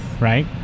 Right